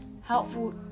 helpful